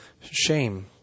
shame